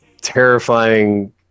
terrifying